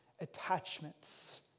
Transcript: attachments